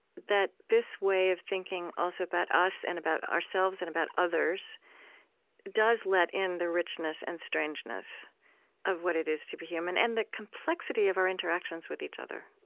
this way of thinking, also, about us and about ourselves and about others does let in the richness and strangeness of what it is to be human and the complexity of our interactions with each other